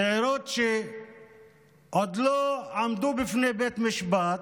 צעירות שעוד לא עמדו בפני בית משפט,